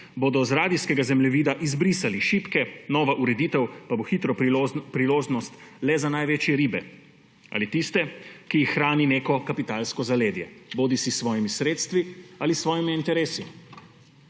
bodo z radijskega zemljevida izbrisali šibke, nova ureditev pa bo hitra priložnost le za največje ribe ali tiste, ki jih hrani neko kapitalsko zaledje bodisi s svojimi sredstvi ali s svojimi interesi.